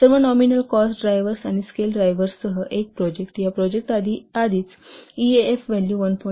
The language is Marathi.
सर्व नॉमिनल कॉस्ट ड्रायव्हर्स आणि स्केल ड्रायव्हर्स सह एक प्रोजेक्ट या प्रोजेक्टसाठी आधीच ईएएफ व्हॅल्यू 1